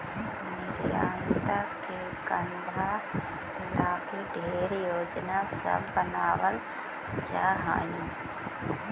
निर्यात के धंधा लागी ढेर योजना सब बनाबल जा हई